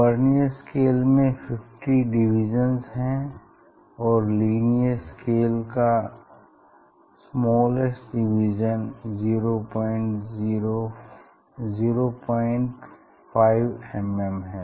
vernier scale में 50 divisions हैं और लीनियर स्केल का स्मॉलेस्ट डिवीज़न 05 mm है